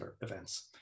events